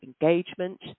engagement